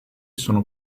sono